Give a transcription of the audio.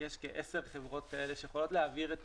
יש כ-10 חברות כאלה שיכולות להעביר את